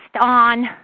on